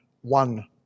one